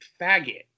faggot